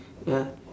ya